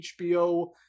HBO